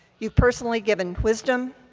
you've personally given wisdom,